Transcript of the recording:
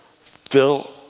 fill